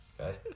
Okay